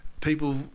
people